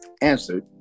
answered